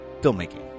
filmmaking